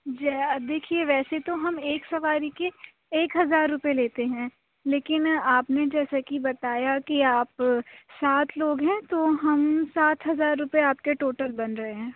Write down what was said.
جا دیکھیے ویسے تو ہم ایک سواری کے ایک ہزار روپئے لیتے ہیں لیکن آپ نے جیسا کہ بتایا کہ آپ سات لوگ ہیں تو ہم سات ہزار روپئے آپ کے ٹوٹل بن رہے ہیں